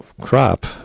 crop